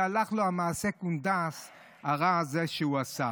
כשהלך לו מעשה הקונדס הרע הזה שהוא עשה.